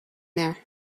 there